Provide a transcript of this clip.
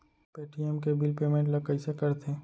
Paytm के bill payment ल कइसे करथे?